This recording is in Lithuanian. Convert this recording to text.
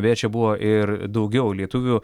beje čia buvo ir daugiau lietuvių